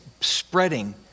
spreading